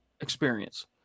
experience